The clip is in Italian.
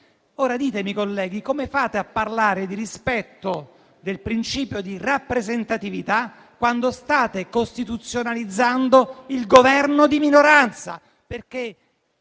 Ditemi, colleghi, come fate a parlare di rispetto del principio di rappresentatività quando state costituzionalizzando il Governo di minoranza? Questo